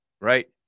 right